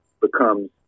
becomes